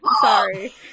sorry